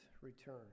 return